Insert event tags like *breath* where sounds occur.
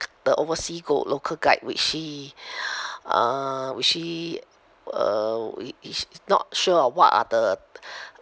the oversea go local guide which he *breath* uh which he uh we he's not sure of what are the *breath*